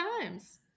times